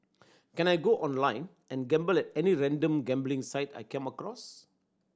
can I go online and gamble at any random gambling site I come across